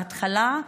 בהתחלה,